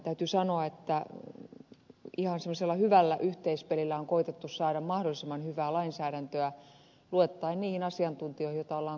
täytyy sanoa että ihan semmoisella hyvällä yhteispelillä on koetettu saada mahdollisimman hyvää lainsäädäntöä luottaen niihin asiantuntijoihin joita olemme kuulleet